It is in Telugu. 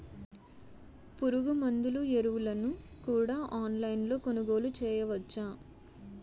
పురుగుమందులు ఎరువులను కూడా ఆన్లైన్ లొ కొనుగోలు చేయవచ్చా?